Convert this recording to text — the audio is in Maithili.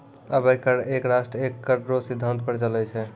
अबै कर एक राष्ट्र एक कर रो सिद्धांत पर चलै छै